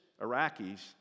Iraqis